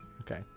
Okay